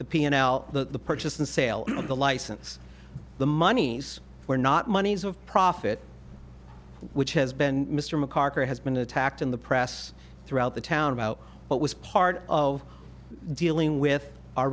the p and l the purchase and sale of the license the monies were not monies of profit which has been mr mccartney has been attacked in the press throughout the town about what was part of dealing with our